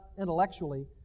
intellectually